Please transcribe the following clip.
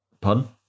pun